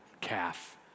calf